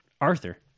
Arthur